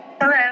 Hello